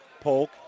Polk